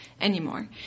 anymore